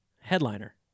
headliner